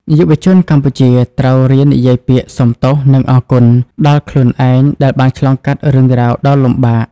យុវជនកម្ពុជាត្រូវរៀននិយាយពាក្យ "សុំទោស" និង "អរគុណ" ដល់ខ្លួនឯងដែលបានឆ្លងកាត់រឿងរ៉ាវដ៏លំបាក។